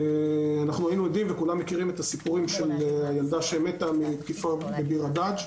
היינו עדים וכולם מכירים את הסיפור על הילדה שמתה מתקיפה בביר הדאג'.